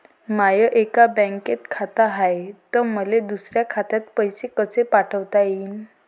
माय एका बँकेत खात हाय, त मले दुसऱ्या खात्यात पैसे कसे पाठवता येईन?